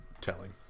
telling